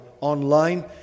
online